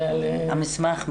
נושא הדיון.